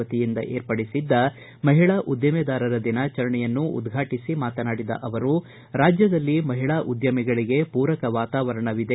ವತಿಯಿಂದ ವಿರ್ಪಡಿಸಿದ್ದ ಮಹಿಳಾ ಉದ್ವಿಮೆದಾರರ ದಿನಾಚರಣೆಯನ್ನು ಉದ್ಘಾಟಿಸಿ ಮಾತನಾಡಿದ ಅವರು ರಾಜ್ಯದಲ್ಲಿ ಮಹಿಳಾ ಉದ್ಯಮಿಗಳಿಗೆ ಪೂರಕ ವಾತಾವರಣವಿದೆ